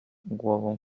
głową